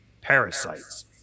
parasites